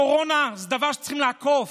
הקורונה זה דבר שצריך לאכוף,